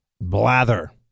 Blather